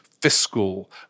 fiscal